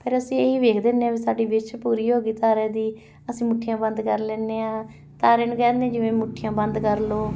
ਫਿਰ ਅਸੀਂ ਇਹੀ ਵੇਖਦੇ ਹੁੰਦੇ ਹਾਂ ਵੀ ਸਾਡੀ ਵਿਸ਼ ਪੂਰੀ ਹੋ ਗਈ ਤਾਰੇ ਦੀ ਅਸੀਂ ਮੁੱਠੀਆਂ ਬੰਦ ਕਰ ਲੈਂਦੇ ਹਾਂ ਤਾਰਿਆਂ ਨੂੰ ਕਹਿ ਦਿੰਦੇ ਜਿਵੇਂ ਮੁੱਠੀਆਂ ਬੰਦ ਕਰ ਲਓ